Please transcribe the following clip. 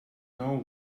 know